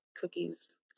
cookies